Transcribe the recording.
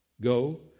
go